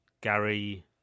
Gary